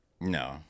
No